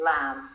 lamb